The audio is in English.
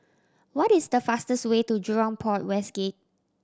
what is the fastest way to Jurong Port West Gate